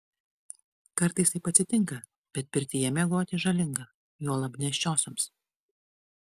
kartais taip atsitinka bet pirtyje miegoti žalinga juolab nėščiosioms